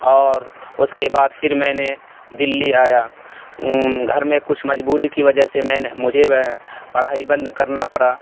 اور اس کے بعد پھر میں نے دلی آیا گھر میں کچھ مجبوری کی وجہ سے میں نے مجھے پڑھائی بند کرنا پڑا